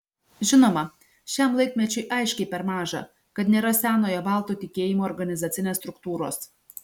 žinoma šiam laikmečiui aiškiai per maža kad nėra senojo baltų tikėjimo organizacinės struktūros